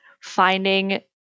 finding